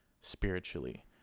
spiritually